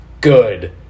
good